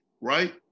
right